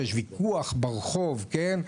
יש ויכוח ברחוב, כן?